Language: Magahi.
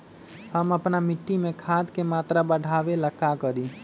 हम अपना मिट्टी में खाद के मात्रा बढ़ा वे ला का करी?